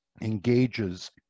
engages